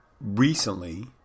recently